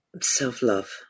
Self-love